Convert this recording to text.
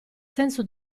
senso